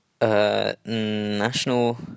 national